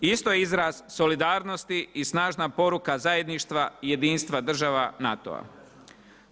Isto je izraz solidarnosti i snažna poruka zajedništva i jedinstva država NATO-a.